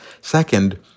Second